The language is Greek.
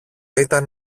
ήταν